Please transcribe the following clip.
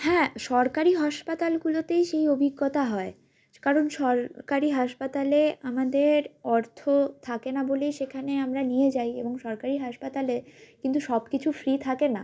হ্যাঁ সরকারি হাসপাতালগুলোতেই সেই অভিজ্ঞতা হয় কারণ সরকারি হাসপাতালে আমাদের অর্থ থাকে না বলেই সেখানে আমরা নিয়ে যাই এবং সরকারি হাসপাতালে কিন্তু সব কিছু ফ্রি থাকে না